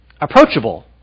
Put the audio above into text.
approachable